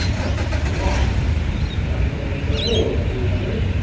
but they are not one contains a hole, and the other.